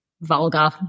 vulgar